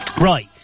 Right